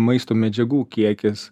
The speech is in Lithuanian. maisto medžiagų kiekis